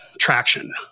traction